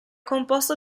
composto